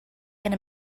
and